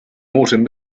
autumn